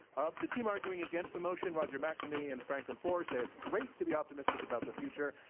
ah the team arguing against the motion, roger mcnamee and franklin foer, say it's great to be optimistic about the future,